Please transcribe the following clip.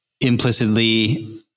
implicitly